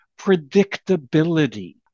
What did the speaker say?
predictability